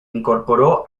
incorporó